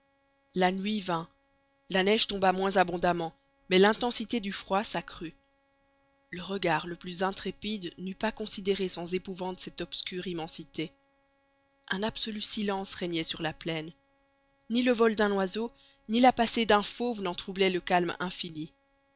la nuit vint la neige tomba moins abondamment mais l'intensité du froid s'accrut le regard le plus intrépide n'eût pas considéré sans épouvante cette obscure immensité un absolu silence régnait sur la plaine ni le vol d'un oiseau ni la passée d'un fauve n'en troublait le calme infini